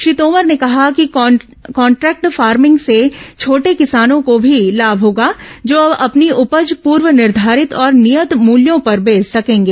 श्री तोमर ने कहा कि कॉन्ट्रैक्ट फार्भिंग से छोटे कि ् सानो को भी लाभ होगा जो अब अपनी उपज पूर्व निर्घारित और नियत मूल्यों पर बेच सकेंगे